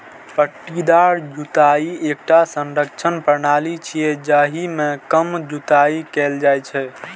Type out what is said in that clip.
पट्टीदार जुताइ एकटा संरक्षण प्रणाली छियै, जाहि मे कम जुताइ कैल जाइ छै